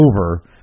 over